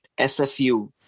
SFU